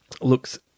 looks